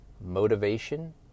motivation